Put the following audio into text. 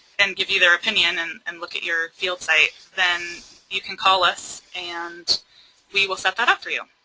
and give you their opinion and and look at your field site, then you can call us and we will set that up for you.